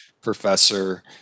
professor